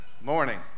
morning